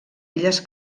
illes